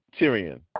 Tyrion